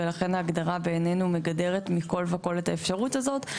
ולכן ההגדרה בעינינו מוגדרת מכל וכל את האפשרות הזאת,